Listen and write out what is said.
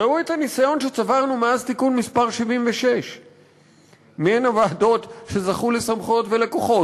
ראו את הניסיון שצברנו מאז תיקון מס' 76. מי הן הוועדות שזכו לסמכויות ולכוחות?